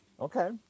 okay